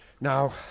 Now